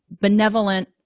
benevolent